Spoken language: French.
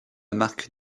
marque